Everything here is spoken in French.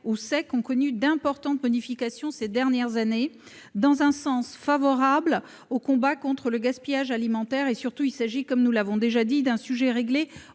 ont connu d'importantes modifications ces dernières années, dans un sens favorable au combat contre le gaspillage alimentaire. Troisièmement, et enfin, il s'agit, comme nous l'avons déjà dit, d'un sujet réglé au